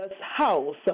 house